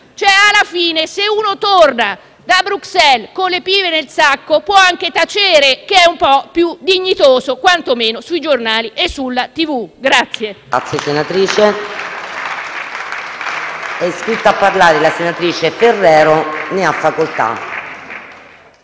Alla fine, se uno torna da Bruxelles con le pive nel sacco può anche tacere, che è un po' più dignitoso, quantomeno sui giornali e in televisione.